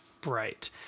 bright